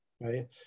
Right